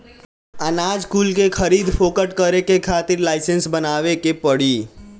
अनाज कुल के खरीद फोक्त करे के खातिर लाइसेंस बनवावे के पड़ी